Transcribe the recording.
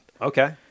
Okay